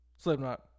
Slipknot